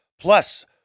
Plus